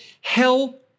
Hell